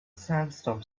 sandstorm